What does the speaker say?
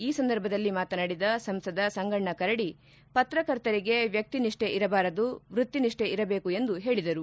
ಈ ಸಂದರ್ಭದಲ್ಲಿ ಮಾತನಾಡಿದ ಸಂಸದ ಸಂಗಣ್ಣ ಕರಡಿ ಪತ್ರಕರ್ತರಿಗೆ ವ್ಯಕ್ತಿ ನಿಷ್ಠೆ ಇರಬಾರದು ವ್ಯಕ್ತಿ ನಿಷ್ಠೆ ಇರಬೇಕು ಎಂದು ಹೇಳಿದರು